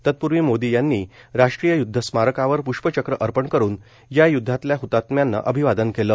तत्पूर्वी मोदी यांनी राष्ट्रीय य्दध स्मारकावर प्ष्पचक्र अर्पण करुन या यूद्धातल्या हतात्म्यांना अभिवादन केलं